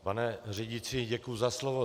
Pane řídící, děkuji za slovo.